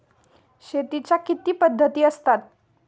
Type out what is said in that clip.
शेतीच्या किती पद्धती असतात?